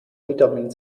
vitamin